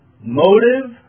motive